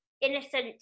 innocent